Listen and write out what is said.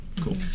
cool